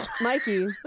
mikey